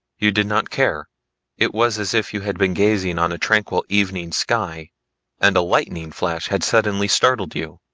you did not care it was as if you had been gazing on a tranquil evening sky and a lightning flash had suddenly startled you.